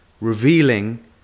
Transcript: revealing